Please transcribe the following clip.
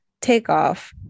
takeoff